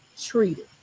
treated